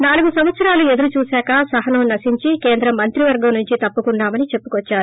నాలుగు సంవత్సరాలు ఎదురుచూశాక సహనం నశించి కేంద్ర మంత్రివర్గం నుంచి తప్పుకున్నా మని చెప్పుకోద్చారు